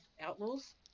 outlaws